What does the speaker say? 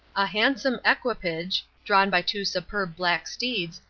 a handsome equipage, drawn by two superb black steeds,